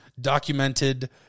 documented